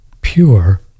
pure